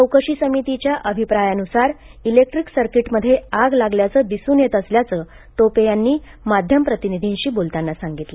चौकशी समितीच्या अभिप्रायानुसार इलेक्ट्रिक सर्कीटमध्ये आग लागल्याचे दिसून येत असल्याचे टोपे यांनी माध्यम प्रतिनिधींशी बोलताना सांगितले